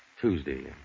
Tuesday